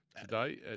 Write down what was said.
today